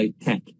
tech